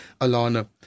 Alana